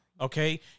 Okay